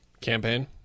Campaign